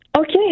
Okay